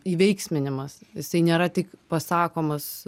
įveiksminimas jisai nėra tik pasakomas